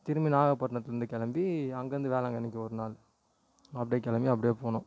திரும்பி நாகப்பட்டினத்துலேருந்து கிளம்பி அங்கேருந்து வேளாங்கண்ணிக்கு ஒரு நாள் அப்டி கிளம்பி அப்டி போனோம்